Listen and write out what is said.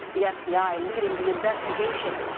the fbi leading the investigation.